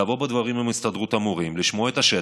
לבוא בדברים עם הסתדרות המורים, לשמוע את השטח.